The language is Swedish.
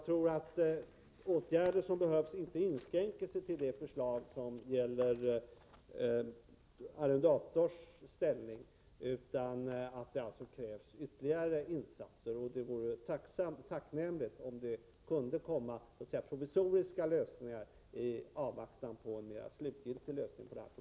De åtgärder som behövs inskränker sig inte till det förslag som gäller arrendatorers ställning, utan det krävs ytterligare insatser. Det vore tacknämligt om det, i avvaktan på en mer slutgiltig lösning på problemet, kunde komma provisoriska lösningar.